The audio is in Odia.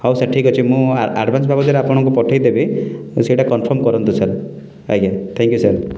ହଉ ସାର୍ ଠିକ୍ ଅଛି ମୁଁ ଆଡ଼୍ଭାନ୍ସ ବାବଦରେ ଆପଣଙ୍କୁ ପଠେଇ ଦେବି ସେଇଟା କନ୍ଫର୍ମ୍ କରନ୍ତୁ ସାର୍ ଆଜ୍ଞା ଥାଙ୍କ୍ ୟୁ ସାର୍